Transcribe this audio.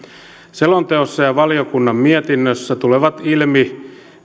selonteossa ja valiokunnan mietinnössä tulee ilmi